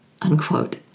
unquote